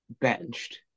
benched